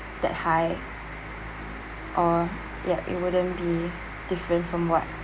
that high or ya it wouldn't be different from what